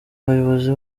bayobozi